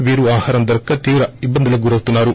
వీరు ఆహారం దొరక్క తీవ్ర ఇబ్బందులకు గురవుతున్నారు